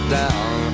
down